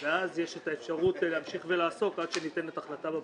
ואז יש אפשרות להמשיך ולעסוק עד שניתנת החלטה בבקשה.